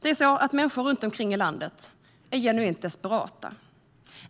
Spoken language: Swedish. Människor på olika håll i landet är genuint desperata.